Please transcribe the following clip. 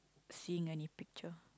seeing any picture